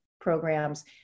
programs